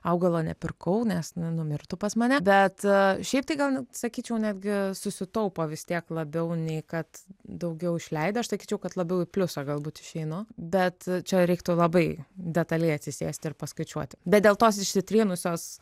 augalo nepirkau nes jinai numirtų pas mane bet šiaip tai gal sakyčiau netgi susitaupo vis tiek labiau nei kad daugiau išleidu aš sakyčiau kad labiau į pliusą galbūt išeinu bet čia reiktų labai detaliai atsisėsti ir paskaičiuoti bet dėl tos išsitrynusios